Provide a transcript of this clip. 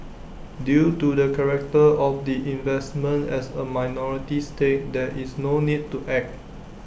due to the character of the investment as A minority stake there is no need to act